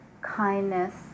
kindness